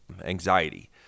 anxiety